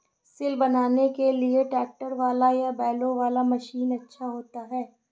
सिल बनाने के लिए ट्रैक्टर वाला या बैलों वाला मशीन अच्छा होता है?